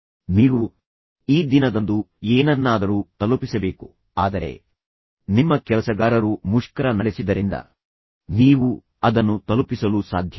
ಆದ್ದರಿಂದ ನೀವು ಈ ದಿನದಂದು ಏನನ್ನಾದರೂ ತಲುಪಿಸಬೇಕು ಆದರೆ ನಿಮ್ಮ ಕೆಲಸಗಾರರು ಮುಷ್ಕರ ನಡೆಸಿದ್ದರಿಂದ ನೀವು ಅದನ್ನು ತಲುಪಿಸಲು ಸಾಧ್ಯವಿಲ್ಲ